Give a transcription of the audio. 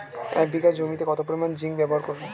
এক বিঘা জমিতে কত পরিমান জিংক ব্যবহার করব?